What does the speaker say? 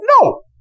No